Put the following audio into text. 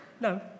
no